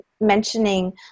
mentioning